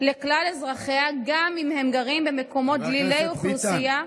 לכלל אזרחיה גם אם הם גרים במקומות דלילי אוכלוסייה,